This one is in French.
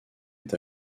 est